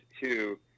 two